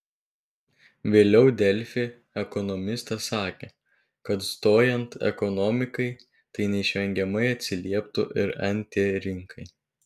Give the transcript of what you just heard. vėliau delfi ekonomistas sakė kad stojant ekonomikai tai neišvengiamai atsilieptų ir nt rinkai